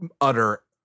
utter